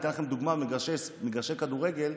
אני אתן לכם דוגמה ממגרשי כדורגל.